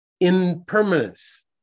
impermanence